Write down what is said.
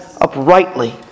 uprightly